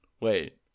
wait